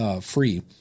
free